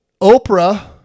oprah